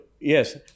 yes